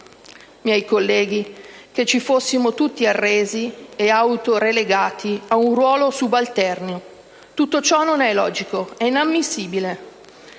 miei colleghi, che ci fossimo tutti arresi e autorelegati a un ruolo subalterno. Tutto ciò non è logico. È inammissibile.